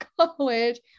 college